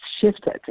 shifted